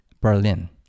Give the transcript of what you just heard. Berlin